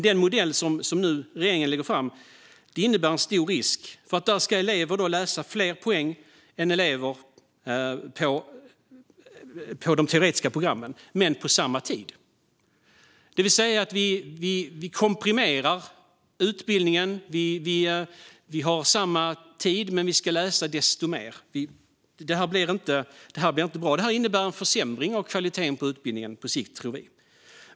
Den modell som regeringen nu lägger fram innebär en stor risk därför att där ska elever läsa fler poäng än elever på de teoretiska programmen, men på samma tid. Utbildningen komprimeras alltså. Det är samma tid, men de ska läsa desto mer. Detta blir inte bra, utan det innebär en försämring av kvaliteten på utbildningen på sikt.